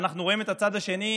ואנחנו רואים את הצד השני,